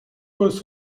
causes